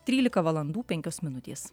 trylika valandų penkios minutės